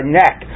neck